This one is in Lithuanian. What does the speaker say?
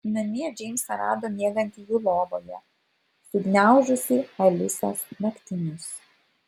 namie džeimsą rado miegantį jų lovoje sugniaužusį alisos naktinius